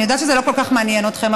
אני יודעת שזה לא כל כך מעניין אתכם,